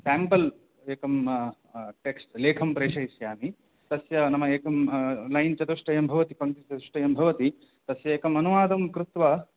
temple एकं text लेखं प्रेषयिष्यामि तस्य नाम एकं लैन् चतुष्टयं भवति पञ्च चतुष्टयं भवति तस्य एकम् अनुवादं कृत्वा